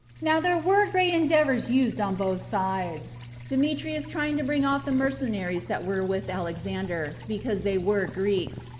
now there were great endeavors used on both sides demetrius trying to bring off the mercenaries that were with alexander, because they were greeks,